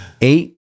Eight